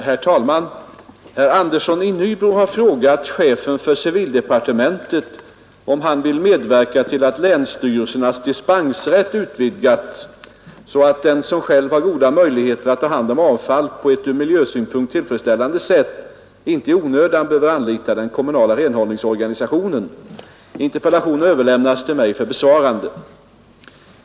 Herr talman! Herr Andersson i Nybro har frågat chefen för civildepartementet om han vill medverka till att länsstyrelsernas dispensrätt utvidgas så att den som själv har goda möjligheter att ta om hand avfall på ett ur miljösynpunkt tillfredsställande sätt inte i onödan behöver anlita den kommunala renhållningsorganisationen. Interpellationen har överlämnats till mig för besvarande.